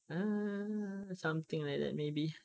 uh something like that maybe